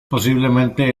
posiblemente